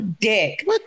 dick